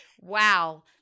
Wow